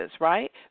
Right